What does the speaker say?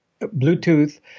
Bluetooth